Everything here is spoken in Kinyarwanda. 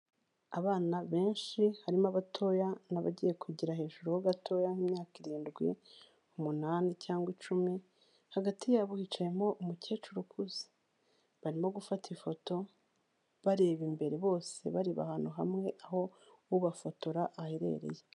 Abana benshi harimo abatoya n'abagiye kwigira hejuru ho gatoya y'imyaka irindwi, umunani cyangwa icumi. Hagati yabo hicayemo umukecuru ukuze. Barimo gufata ifoto bareba imbere bose bareba ahantu hamwe aho ubafotora aherereye.